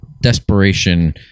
desperation